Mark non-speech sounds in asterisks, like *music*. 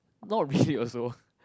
not really *breath* also